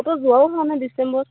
ক'তো যোৱাও হোৱা নাই ডিচেম্বৰত